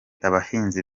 abahinzi